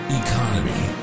economy